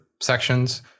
sections